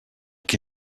qui